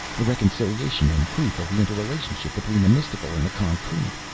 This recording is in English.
a reconciliation and proof of the interrelationship between the mystical and the concrete.